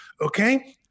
okay